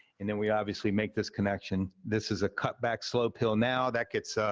and then we obviously make this connection. this is a cutback slope hill now, that gets,